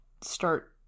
start